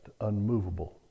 unmovable